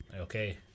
okay